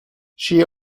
she